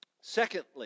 Secondly